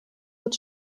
wird